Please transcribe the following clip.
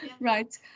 right